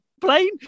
plane